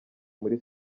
muri